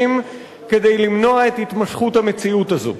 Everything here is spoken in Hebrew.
כדי למנוע את התמשכות המציאות הזאת.